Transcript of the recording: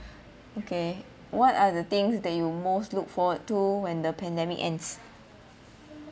okay what are the things that you most look forward to when the pandemic ends